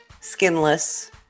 skinless